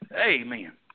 Amen